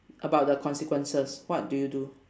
about the consequences what do you do